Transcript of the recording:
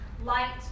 Light